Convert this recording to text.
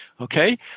Okay